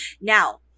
Now